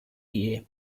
year